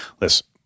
listen